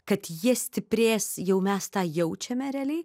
kad jie stiprės jau mes tą jaučiame realiai